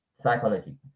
psychology